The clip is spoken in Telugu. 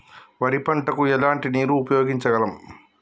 వరి పంట కు ఎలాంటి నీరు ఉపయోగించగలం?